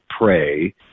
pray